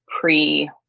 pre